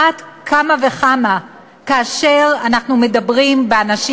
ועל אחת כמה וכמה כאשר אנחנו מדברים באנשים